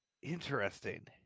interesting